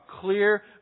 clear